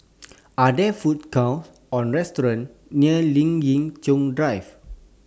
Are There Food Courts Or restaurants near Lien Ying Chow Drive